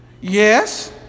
Yes